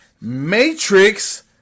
Matrix